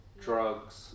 drugs